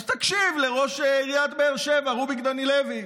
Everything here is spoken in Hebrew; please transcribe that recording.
אז תקשיב לראש עיריית באר שבע רוביק דנילוביץ'.